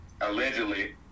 Allegedly